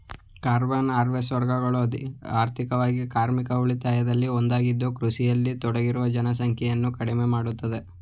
combine ಹಾರ್ವೆಸ್ಟರ್ಗಳು ಆರ್ಥಿಕವಾಗಿ ಕಾರ್ಮಿಕ ಉಳಿತಾಯದಲ್ಲಿ ಒಂದಾಗಿದ್ದು ಕೃಷಿಯಲ್ಲಿ ತೊಡಗಿರುವ ಜನಸಂಖ್ಯೆ ಕಡಿಮೆ ಮಾಡ್ತದೆ